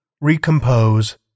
Recompose